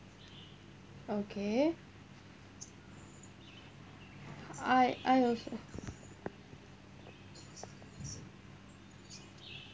okay I I also